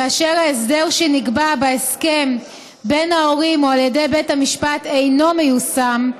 כאשר ההסדר שנקבע בהסכם בין ההורים או על ידי בית המשפט אינו מיושם,